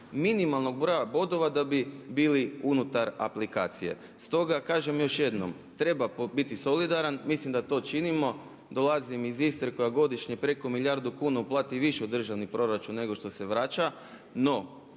minimalnog broja bodova da bi bili unutar aplikacije. Stoga kažem još jednom, treba biti solidaran, mislim da to činimo. Dolazim iz Istre koja godišnje preko milijardu kuna uplati više u državni proračun nego što se vraća. No,